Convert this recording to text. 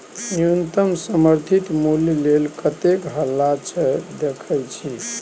न्युनतम समर्थित मुल्य लेल कतेक हल्ला छै देखय छी